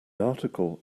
article